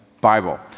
Bible